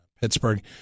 Pittsburgh